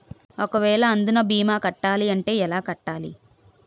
ఒక వేల అందునా భీమా కట్టాలి అంటే ఎలా కట్టాలి?